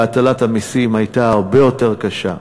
הטלת המסים הייתה הרבה יותר קשה.